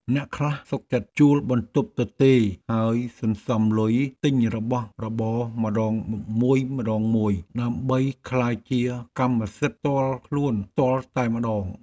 អ្នកខ្លះសុខចិត្តជួលបន្ទប់ទទេរហើយសន្សំលុយទិញរបស់របរម្ដងមួយៗដើម្បីក្លាយជាកម្មសិទ្ធិផ្ទាល់ខ្លួនផ្ទាល់តែម្ដង។